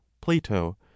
plato